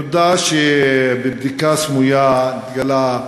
נודע שבבדיקה סמויה התגלה,